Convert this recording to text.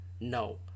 No